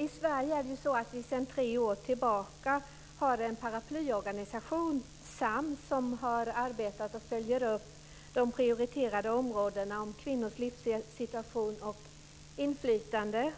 I Sverige har vi sedan tre år tillbaka en paraplyorganisation - Sams - som har arbetat med och följer upp de prioriterade områdena kvinnors livssituation och kvinnors inflytande.